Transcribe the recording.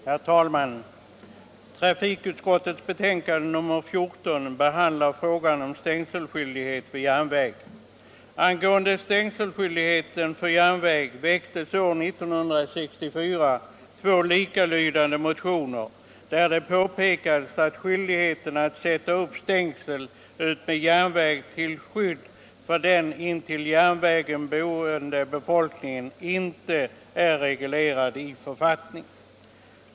Herr talman! Trafikutskottets betänkande nr 14 behandlar frågan om stängselskyldighet vid järnväg. Angående stängselskyldigheten för järnväg väcktes år 1964 två likalydande motioner, där det påpekades att skyldigheten att sätta upp stängsel utmed järnväg till skydd för den intill järnvägen boende befolkningen inte är reglerad i författning.